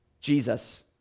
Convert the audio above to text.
Jesus